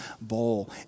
bowl